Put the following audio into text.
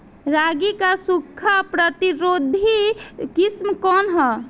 रागी क सूखा प्रतिरोधी किस्म कौन ह?